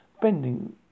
bending